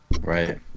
Right